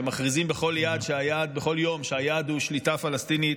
שמכריזים בכל יום שהיעד הוא שליטה פלסטינית,